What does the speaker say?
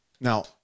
Now